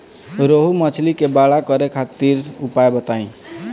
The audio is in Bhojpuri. रोहु मछली के बड़ा करे खातिर उपाय बताईं?